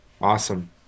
awesome